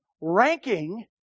ranking